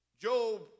Job